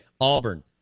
Auburn